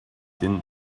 din